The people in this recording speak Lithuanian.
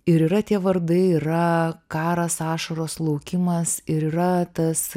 ir yra tie vardai yra karas ašaros laukimas ir yra tas